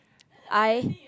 I